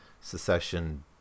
secession